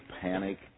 panic